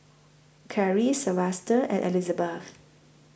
Caryl Silvester and Elizabeth